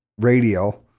radio